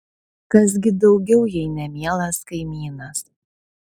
kas gi daugiau jei ne mielas kaimynas